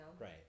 Right